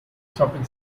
shopping